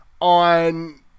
on